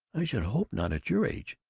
i should hope not at your age!